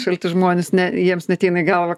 šalti žmonės ne jiems neateina į galvą